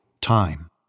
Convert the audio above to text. time